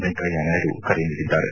ವೆಂಕಯ್ಯನಾಯ್ಡು ಕರೆ ನೀಡಿದ್ದಾರೆ